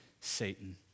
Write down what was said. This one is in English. Satan